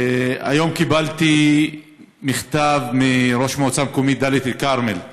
היום קיבלתי מכתב מראש מועצה מקומית דאלית אל-כרמל,